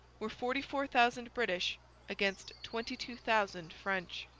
were forty four thousand british against twenty two thousand french.